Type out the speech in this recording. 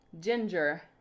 ginger